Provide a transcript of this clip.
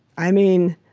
i mean,